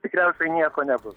tikriausiai nieko nebus